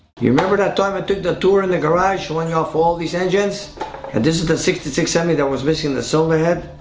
you remember that time i took the tour in the garage, showing off all these engines? and this is the sixty six hemi that was missing the cylinder head?